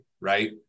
Right